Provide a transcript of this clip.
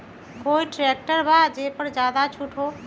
कोइ ट्रैक्टर बा जे पर ज्यादा छूट हो?